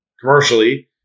commercially